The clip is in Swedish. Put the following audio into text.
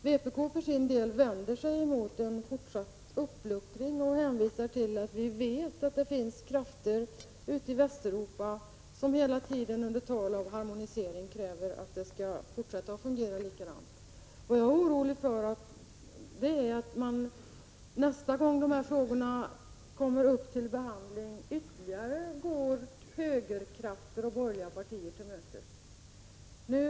Vpk för sin del vänder sig emot en fortsatt uppluckring och hänvisar till att vi vet att det finns krafter ute i Västeuropa som hela tiden, under tal om harmonisering, kräver att allt skall fortsätta att fungera likadant. Vad jag är orolig för är att man nästa gång de här frågorna kommer upp till behandling går högerkrafterna och de borgerliga partierna ytterligare till mötes.